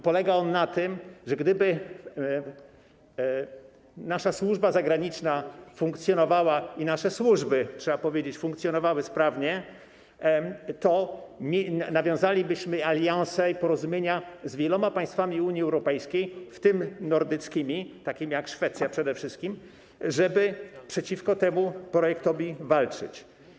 Polega on na tym, że gdyby nasza służba zagraniczna i nasze służby, trzeba powiedzieć, funkcjonowały sprawnie, to nawiązalibyśmy alianse i porozumienia z wieloma państwami Unii Europejskiej, w tym nordyckimi, takimi jak Szwecja przede wszystkim, żeby przeciwko temu projektowi walczyć.